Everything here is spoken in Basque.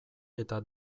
eta